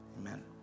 Amen